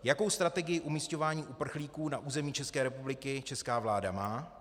Jakou strategii umísťování uprchlíků na území České republiky česká vláda má?